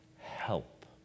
help